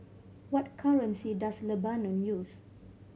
what currency does Lebanon use